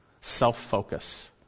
self-focus